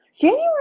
january